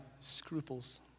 scruples